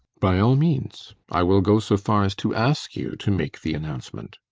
by all means. i will go so far as to ask you to make the announcement.